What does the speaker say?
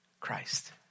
Christ